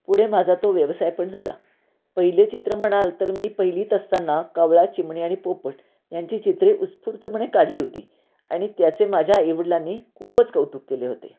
पुढे माझा तो व्यवसाय पण झाला पहिले चित्र म्हणाल तर मी पहिलीत असताना कावळा चिमणी आणि पोपट यांची चित्रे उत्स्फूर्तपणे काढली होती आणि त्याचे माझ्या आईवडलांनी खूपच कौतुक केले होते